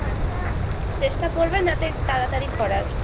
আচ্ছা চেষ্টা করবেন যাতে তাড়াতাড়ি করার